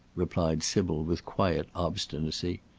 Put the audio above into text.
replied sybil, with quiet obstinacy.